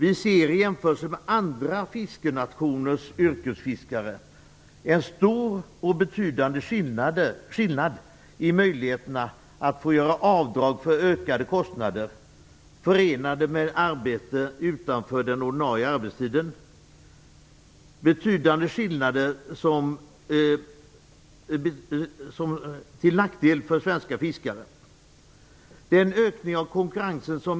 I jämförelse med andra fiskenationers yrkesfiskare ser vi en betydande skillnad i möjligheterna att få göra avdrag för ökade kostnader förenade med arbete utanför ordinarie arbetstid - alltså en betydande skillnad, till nackdel för svenska fiskare.